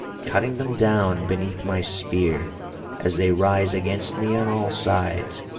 cutting them down beneath my spear as they rise against me on all sides.